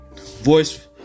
voice